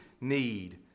need